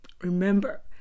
remember